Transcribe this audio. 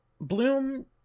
Bloom